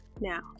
Now